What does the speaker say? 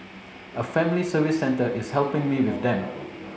a family service centre is helping me with them